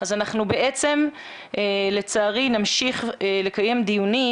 אז אנחנו בעצם לצערי נמשיך לקיים דיונים